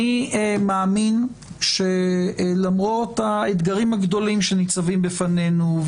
אני מאמין שלמרות האתגרים הגדולים שניצבים בפנינו,